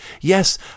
Yes